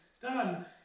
done